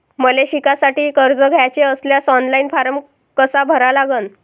मले शिकासाठी कर्ज घ्याचे असल्यास ऑनलाईन फारम कसा भरा लागन?